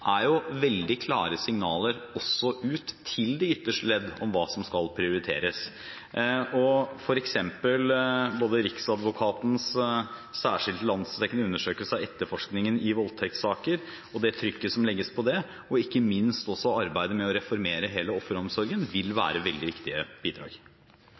er veldig klare signaler også ut til de ytterste ledd om hva som skal prioriteres. For eksempel Riksadvokatens særskilte landsdekkende undersøkelse av etterforskningen i voldtektssaker og det trykket som legges på det, og ikke minst også arbeidet med å reformere hele offeromsorgen, vil være veldig viktige bidrag.